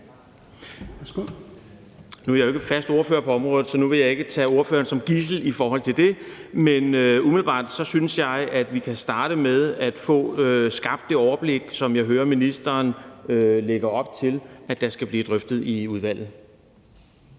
Nu er jeg jo ikke fast ordfører på området, så jeg vil ikke tage ordføreren som gidsel i forhold til det, men umiddelbart synes jeg, at vi kan starte med at få skabt det overblik, hvilket jeg hører ministeren lægger op til at der skal drøftes i udvalget.